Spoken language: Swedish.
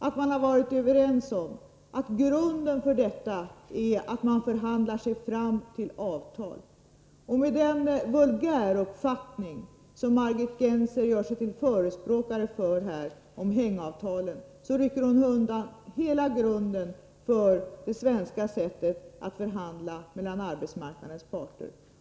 Och jag trodde att vi var överens om att grunden för detta är att förhandla sig fram till avtal. Med den vulgäruppfattning som Margit Gennser gör sig till förespråkare för beträffande hängavtalen, rycker hon undan hela grunden för det svenska sättet att förhandla mellan arbetsmarknadens parter.